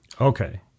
Okay